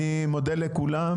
אני מודה לכולם,